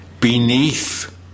beneath